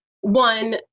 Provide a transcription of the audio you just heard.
One